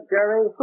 Jerry